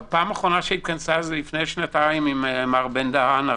הפעם האחרונה שהתכנסה היתה לפני שנתיים עם הרב בן דהן.